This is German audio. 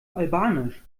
albanisch